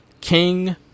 king